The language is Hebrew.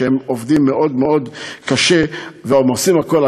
שאז הם עובדים מאוד מאוד קשה ועושים הכול על